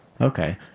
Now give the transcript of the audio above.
Okay